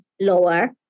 lower